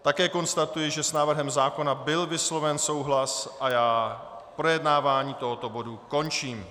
Také konstatuji, že s návrhem zákona byl vysloven souhlas, a projednávání tohoto bodu končím.